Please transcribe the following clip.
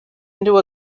into